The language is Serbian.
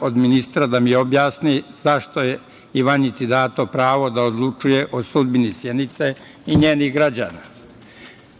od ministra da mi objasni zašto je Ivanjici dato pravo da odlučuje o sudbini Sjenice i njenih građana?